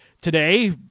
Today